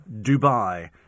Dubai